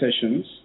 sessions